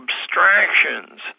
abstractions